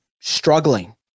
struggling